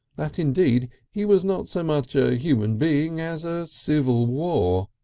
that indeed he was not so much a human being as a civil war.